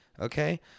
Okay